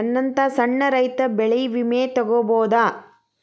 ನನ್ನಂತಾ ಸಣ್ಣ ರೈತ ಬೆಳಿ ವಿಮೆ ತೊಗೊಬೋದ?